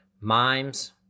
Mimes